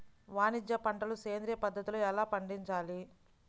వాణిజ్య పంటలు సేంద్రియ పద్ధతిలో ఎలా పండించాలి?